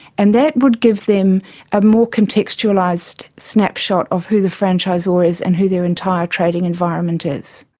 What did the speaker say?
and that would give them a more contextualised snapshot of who the franchisor is and who their entire trading environment is.